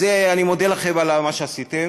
אז אני מודה לכם על מה שעשיתם.